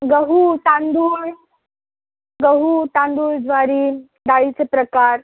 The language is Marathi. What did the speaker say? गहू तांदूळ गहू तांदूळ ज्वारी डाळीचे प्रकार